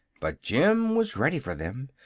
but jim was ready for them,